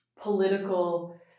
political